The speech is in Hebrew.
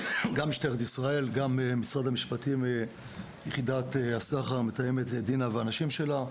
משטרת ישראל, יחידת הסחר, המתאמת דינה ואנשיה,